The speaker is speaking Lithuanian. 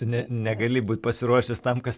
tu ne negali būt pasiruošęs tam kas